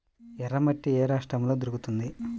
ఎర్రమట్టి ఏ రాష్ట్రంలో దొరుకుతుంది?